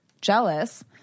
jealous